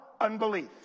Unbelief